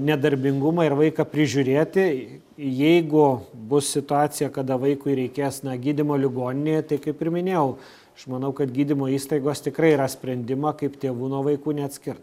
nedarbingumą ir vaiką prižiūrėti jeigu bus situacija kada vaikui reikės na gydymo ligoninėje tai kaip ir minėjau aš manau kad gydymo įstaigos tikrai ras sprendimą kaip tėvų nuo vaikų neatskirt